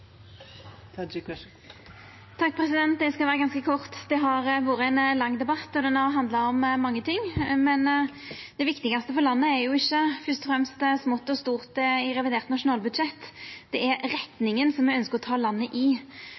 skal vera ganske kort. Det har vore ein lang debatt, og han har handla om mange ting, men det viktigaste for landet er ikkje fyrst og fremst smått og stort i revidert nasjonalbudsjett, det er retninga me ønskjer å ta landet i.